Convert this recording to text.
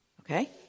Okay